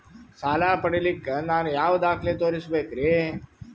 ಸಾಲ ಪಡಿಲಿಕ್ಕ ನಾನು ಯಾವ ದಾಖಲೆ ತೋರಿಸಬೇಕರಿ?